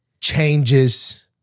changes